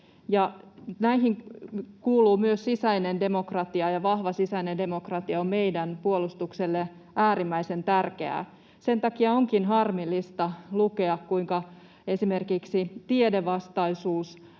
näihin kuuluu myös sisäinen demokratia, ja vahva sisäinen demokratia on meidän puolustuksellemme äärimmäisen tärkeää. Sen takia onkin harmillista lukea, kuinka esimerkiksi tiedevastaisuus